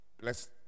bless